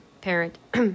parent